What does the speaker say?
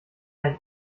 ein